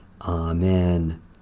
Amen